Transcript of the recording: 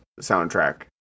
soundtrack